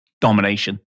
Domination